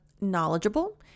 knowledgeable